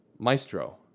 maestro